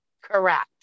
correct